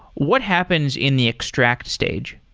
what happens in the extract stage?